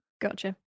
Gotcha